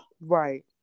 Right